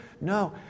No